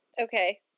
okay